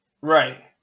Right